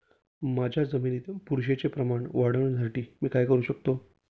माझ्या जमिनीत बुरशीचे प्रमाण वाढवण्यासाठी मी काय करू शकतो?